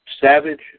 Savage